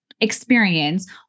experience